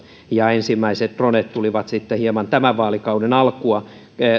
ja ensimmäiset minilennokit tulivat sitten käyttöön hieman ennen tämän vaalikauden alkua